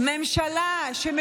ממשלה שכמעט אין בה נשים,